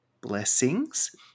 blessings